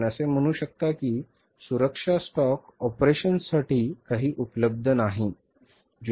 आपण असे म्हणू शकता की सुरक्षा स्टॉक ऑपरेशन्ससाठी काहीही उपलब्ध नाही